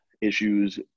issues